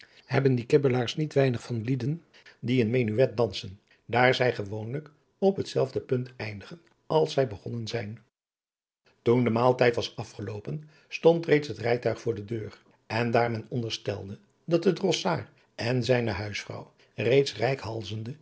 hebben die kibbelaars niet weinig van lieden die een menuet dansen daar zij gewoonlijk op hetzelfde punt eindigen als zij begonnen zijn toen de maaltijd was afgeloopen stond reeds het rijtuig voor de deur en daar men onderstelde dat de drossaard en zijne huisvrouw reeds reikhalzende